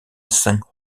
sen